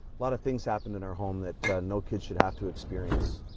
lot of things happened in our home that no kid should have to experience.